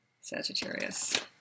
Sagittarius